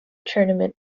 tournament